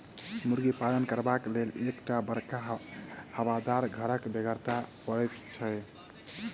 मुर्गी पालन करबाक लेल एक टा बड़का हवादार घरक बेगरता पड़ैत छै